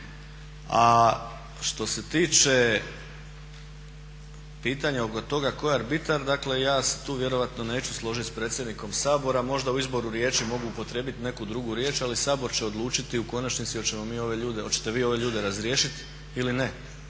A što se tiče pitanja oko toga tko je arbitar dakle ja se tu vjerojatno neću složiti s predsjednikom Sabora, možda u izboru riječi mogu upotrijebiti neku drugu riječ, ali Sabor će odlučiti u konačnici hoćemo mi ove ljude, hoćete vi ove